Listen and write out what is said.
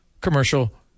commercial